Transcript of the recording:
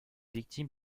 victime